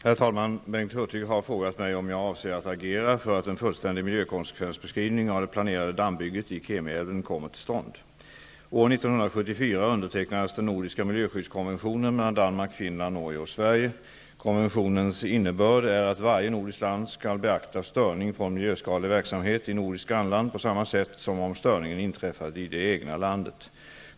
Herr talman! Bengt Hurtig har frågat mig om jag avser att agera för att en fullständig miljökonsekvensbeskrivning av det planerade dammbygget i Kemiälven kommer till stånd. Finland, Norge och Sverige. Konventionens innebörd är att varje nordiskt land skall beakta störning från miljöskadlig verksamhet i nordiskt grannland på samma sätt som om störningen inträffat i det egna landet.